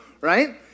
Right